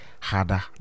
harder